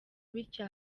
bityo